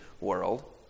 world